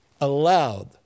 allowed